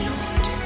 Lord